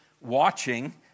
watching